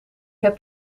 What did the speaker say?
heb